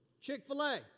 Chick-fil-A